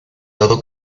dado